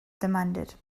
demanded